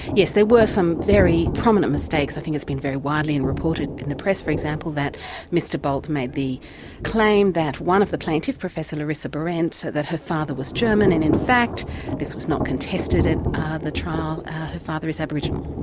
yes, there were some very prominent mistakes. i think it's been very widely and reported in the press, for example, that mr bolt made the claim that one of the plaintiffs, professor larissa behrendt, that her father was german, and in fact this was not contested at ah the trial. her father is aboriginal.